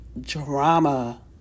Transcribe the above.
drama